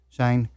zijn